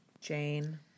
Jane